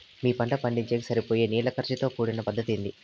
మీ పంట పండించేకి సరిపోయే నీళ్ల ఖర్చు తో కూడిన పద్ధతి ఏది?